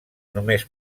només